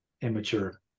immature